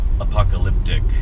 apocalyptic